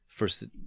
first